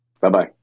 bye-bye